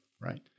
Right